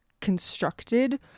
constructed